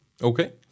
Okay